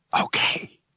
Okay